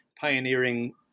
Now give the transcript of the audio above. pioneering